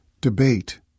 debate